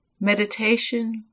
meditation